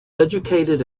educated